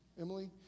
Emily